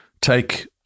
take